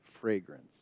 fragrance